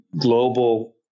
global